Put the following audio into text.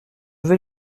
veux